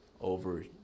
over